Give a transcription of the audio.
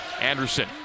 Anderson